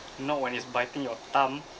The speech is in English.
not when it's biting your thumb